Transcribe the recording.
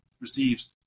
receives